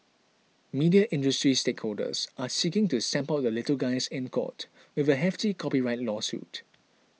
media industry stakeholders are seeking to stamp out the little guys in court with a hefty copyright lawsuit